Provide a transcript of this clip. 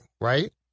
right